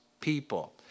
people